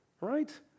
Right